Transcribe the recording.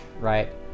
Right